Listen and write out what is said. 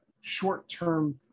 short-term